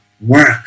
work